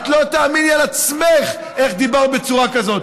את לא תאמיני על עצמך איך דיברת בצורה כזאת,